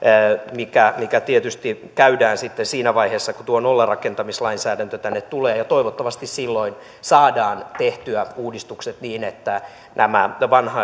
mikä mikä tietysti käydään sitten siinä vaiheessa kun tuo nollarakentamislainsäädäntö tänne tulee ja toivottavasti silloin saadaan tehtyä uudistukset niin että nämä